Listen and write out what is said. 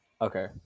Okay